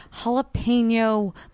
jalapeno